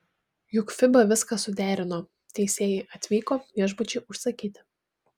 juk fiba viską suderino teisėjai atvyko viešbučiai užsakyti